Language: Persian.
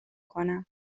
کنم